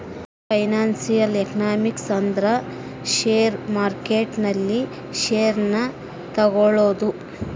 financial economics ಅಂದ್ರ share market ನಲ್ಲಿ share ನ ತಗೋಳೋದು